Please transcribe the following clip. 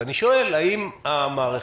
אני שואל האם המערכת,